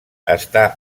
està